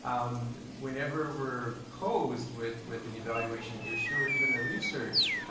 um, whenever we're posed with, with an evaluation issue, or even a research,